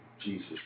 jesus